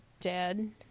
dead